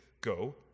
Go